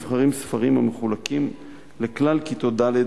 נבחרים ספרים המחולקים לכלל כיתות ד'